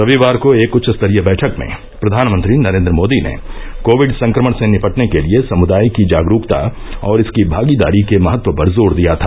रविवार को एक उच्चस्तरीय बैठक में प्रधानमंत्री नरेन्द्र मोदी ने कोविड संक्रमण से निपटने के लिए समुदाय की जागरुकता और इसकी भागीदारी के महत्व पर जोर दिया था